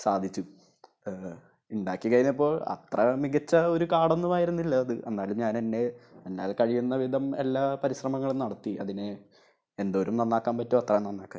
സാധിച്ചു ഉണ്ടാക്കിക്കഴിഞ്ഞപ്പോള് അത്ര മികച്ച ഒരു കാർഡൊന്നും ആയിരുന്നില്ല അത് എന്നാലും ഞാനെന്നെ എന്നാൽ കഴിയുന്ന വിധം എല്ലാ പരിശ്രമങ്ങളും നടത്തി അതിനെ എന്തോരം നന്നാക്കാൻ പറ്റ്വോ അത്രയും നന്നാക്കാന്